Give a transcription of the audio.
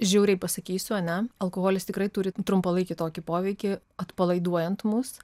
žiauriai pasakysiu ar ne alkoholis tikrai turi trumpalaikį tokį poveikį atpalaiduojant mus